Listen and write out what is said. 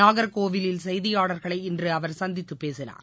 நாகர்கோவிலில் செய்தியாளர்களை இன்று அவர் சந்தித்து பேசினார்